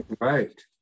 Right